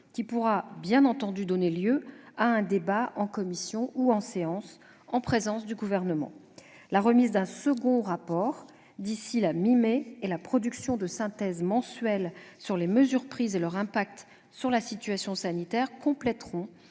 qui pourra bien entendu donner lieu à un débat en commission ou en séance, en présence du Gouvernement. La remise d'un second rapport d'ici la mi-mai et la production de synthèses mensuelles sur les mesures prises et leur impact sur la situation sanitaire compléteront